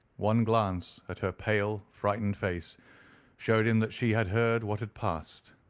one glance at her pale, frightened face showed him that she had heard what had passed.